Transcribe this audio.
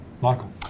Michael